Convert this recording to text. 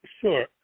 Sure